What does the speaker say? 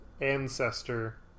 ancestor